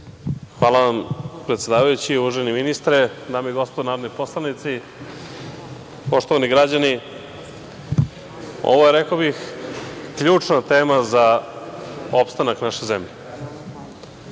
Hvala vam, predsedavajući. Uvaženi ministre, dame i gospodo narodni poslanici, poštovani građani, ovo je, rekao bih, ključna tema za opstanak naše zemlje.